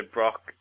Brock